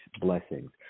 blessings